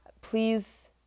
please